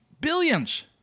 Billions